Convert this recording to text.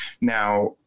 Now